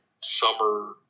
summer